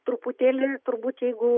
truputėlį turbūt jeigu